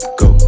go